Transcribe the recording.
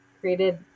created